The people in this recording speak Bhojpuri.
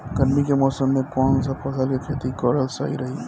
गर्मी के मौषम मे कौन सा फसल के खेती करल सही रही?